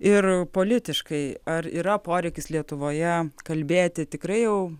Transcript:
ir politiškai ar yra poreikis lietuvoje kalbėti tikrai jau